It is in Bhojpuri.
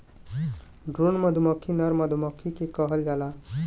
ड्रोन मधुमक्खी नर मधुमक्खी के कहल जाला